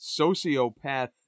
sociopath